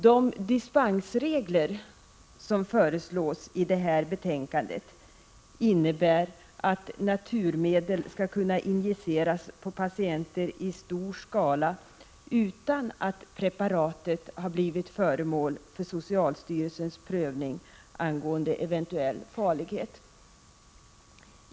De dispensregler som föreslås i det här betänkandet innebär att naturmedel skall kunna injiceras på patienter i stor skala utan att preparatet har blivit föremål för socialstyrelsens prövning angående eventuell farlighet.